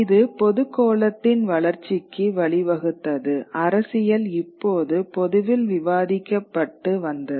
இது பொதுக் கோளத்தின் வளர்ச்சிக்கு வழிவகுத்தது அரசியல் இப்போது பொதுவில் விவாதிக்கப்பட்டு வந்தது